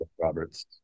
Roberts